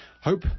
hope